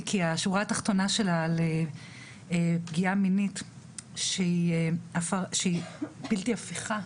כי השורה התחתונה שלה על פגיעה מינית שהיא בלתי הפיכה